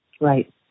Right